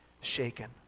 shaken